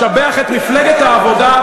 לשבח את מפלגת העבודה,